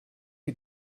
sie